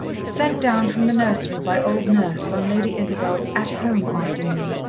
sent down from the nursery by old nurse, on lady isabel's at home afternoon.